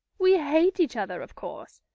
we hate each other, of course.